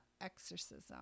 exorcism